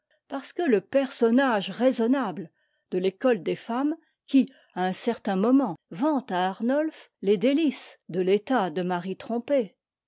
parce que c'est le personnage raisonnable de l'école des femmes qui à un certain moment vante à arnolphe les délices de l'état de mari trompé